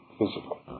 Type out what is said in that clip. physical